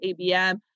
ABM